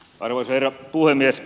arvoisa herra puhemies